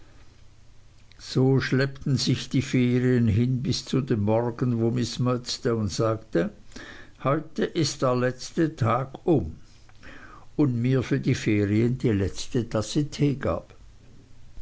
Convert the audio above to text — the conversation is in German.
so schleppten sich die ferien hin bis zu dem morgen wo miß murdstone sagte heute ist der letzte tag um und mir für die ferien die letzte tasse tee gab